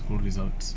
good results